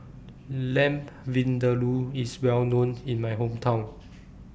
Lamb Vindaloo IS Well known in My Hometown